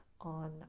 on